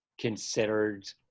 considered